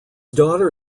daughter